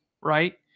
right